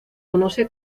conoce